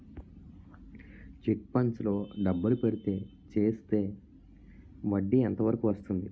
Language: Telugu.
చిట్ ఫండ్స్ లో డబ్బులు పెడితే చేస్తే వడ్డీ ఎంత వరకు వస్తుంది?